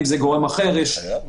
(6)הוראות פסקאות (4) ו-(5)